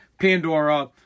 Pandora